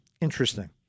interesting